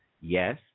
yes